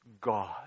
God